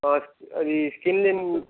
అది స్కిన్లో ఏం